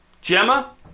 Gemma